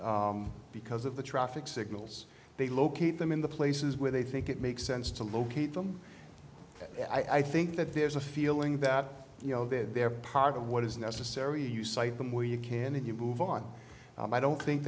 because of the traffic signals they locate them in the places where they think it makes sense to locate them and i think that there's a feeling that you know they're they're part of what is necessary you cite them where you can if you move on i don't think